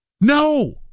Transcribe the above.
No